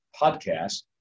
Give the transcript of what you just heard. podcast